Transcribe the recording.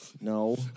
No